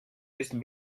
ist